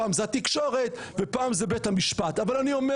פעם זאת התקשורת ופעם זה בית המשפט אבל אני אומר